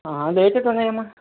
అవి అయితే పోయినమ్మా